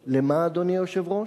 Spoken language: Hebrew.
למה, אדוני היושב-ראש?